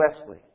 Wesley